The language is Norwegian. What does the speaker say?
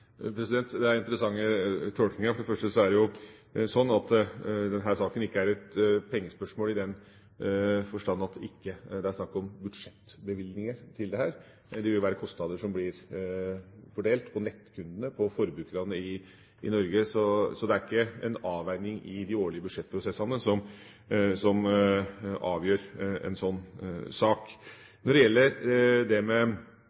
Det er interessante tolkninger. For det første er det sånn at denne saken ikke er et pengespørsmål i den forstand at det er snakk om budsjettbevilgninger til dette. Det vil være kostnader som blir fordelt på nettkundene, på forbrukerne i Norge. Så det er ikke en avveining i de årlige budsjettprosessene som avgjør en sånn sak. Når det gjelder det med